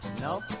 Nope